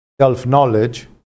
self-knowledge